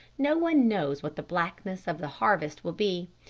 no one knows what the blackness of the harvest will be.